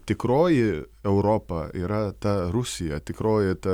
tikroji europa yra ta rusija tikroji ta